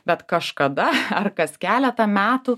bet kažkada ar kas keletą metų